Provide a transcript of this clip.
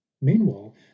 meanwhile